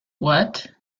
what